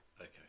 Okay